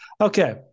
okay